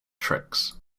tricks